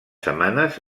setmanes